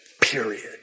period